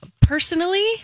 personally